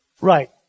Right